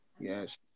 Yes